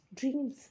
dreams